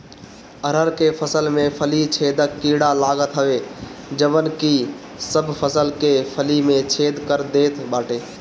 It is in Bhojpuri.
अरहर के फसल में फली छेदक कीड़ा लागत हवे जवन की सब फसल के फली में छेद कर देत बाटे